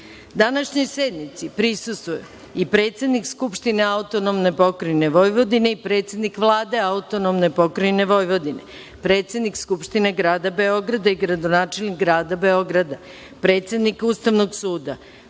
sednici prisustvuju i: predsednik Skupštine Autonomne pokrajine Vojvodine i predsednik Vlade Autonomne pokrajine Vojvodine, predsednik Skupštine grada Beograda i gradonačelnik grada Beograda, predsednik Ustavnog suda,